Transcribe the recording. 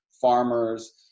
farmers